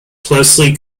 closely